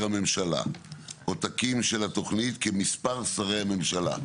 הממשלה עותקים של התוכנית כמספר שרי הממשלה,